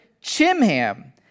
Chimham